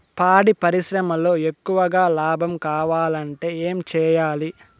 పాడి పరిశ్రమలో ఎక్కువగా లాభం కావాలంటే ఏం చేయాలి?